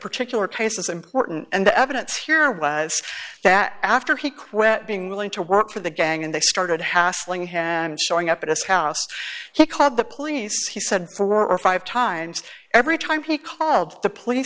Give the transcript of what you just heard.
particular case is important and the evidence here was that after he quit being willing to work for the gang and they started hassling him and showing up at his house he called the police he said four or five times every time he called the police